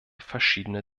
verschiedene